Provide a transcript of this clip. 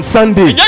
Sunday